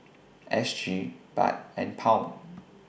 S G Baht and Pound